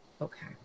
Okay